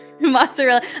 Mozzarella